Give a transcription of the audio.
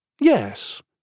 Yes